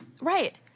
Right